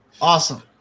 awesome